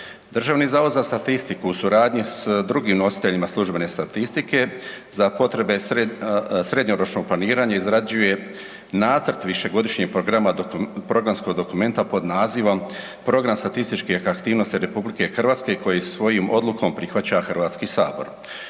Državni zavod za statistiku u suradnji s drugim nositeljima službene statistike za potrebe srednjoročnog planiranja izrađuje nacrt višegodišnjeg programa, programskog dokumenta pod nazivom „Program statističkih aktivnosti RH“ koji svojom odlukom prihvaća Hrvatski sabor.